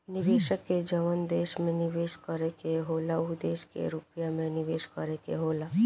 निवेशक के जवन देश में निवेस करे के होला उ देश के रुपिया मे निवेस करे के होला